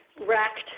wrecked